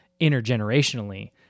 intergenerationally